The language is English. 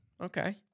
Okay